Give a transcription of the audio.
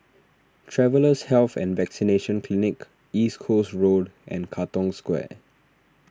Travellers' Health and Vaccination Clinic East Coast Road and Katong Square